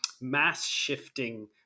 mass-shifting